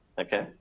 okay